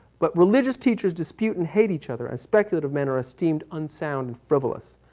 but religious teachers' dispute and hate each other, a speculative manner esteemed unsound frivolous.